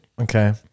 Okay